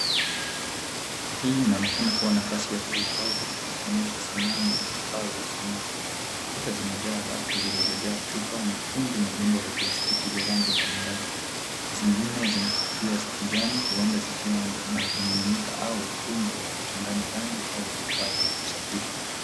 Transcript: Hii inaonekana kuwa nafasi ya kuhifadhi na kuonyesha sanaa, na vifaa vya sanaa. Kuta zimejaa rafu zilizojaa chupa, mitungi, na vyombo vya plastiki vya rangi mbali mbali. Zingine zina kofia za kijani, huenda zikiwa na vimiminika, au unga wa kuchanganya rangi, au vifaa vya kusafisha.